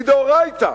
מדאורייתא.